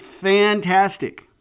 fantastic